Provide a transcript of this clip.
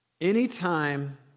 Anytime